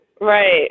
right